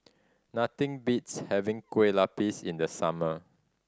nothing beats having Kueh Lapis in the summer